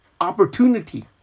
opportunity